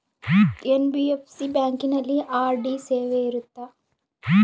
NBFC ಬ್ಯಾಂಕಿನಲ್ಲಿ RD ಸೇವೆ ಇರುತ್ತಾ?